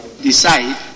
decide